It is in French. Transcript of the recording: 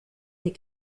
des